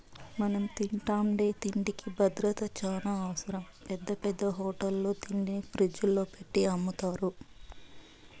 మనం తింటాండే తిండికి భద్రత చానా అవసరం, పెద్ద పెద్ద హోటళ్ళల్లో తిండిని ఫ్రిజ్జుల్లో పెట్టి అమ్ముతారు